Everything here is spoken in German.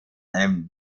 einem